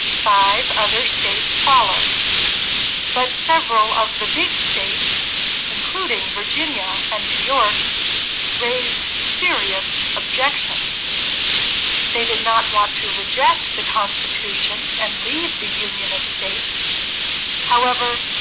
five other states followed but several of the big states including, virginia and new york raised serious objections they did not want to reject the constitution and leave the union of states however,